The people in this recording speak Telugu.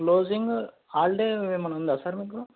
క్లోజింగ్ హాలిడే ఏమన్నా ఉందా సార్ మీకు